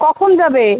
কখন যাবে